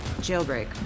Jailbreak